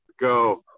Go